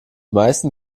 meisten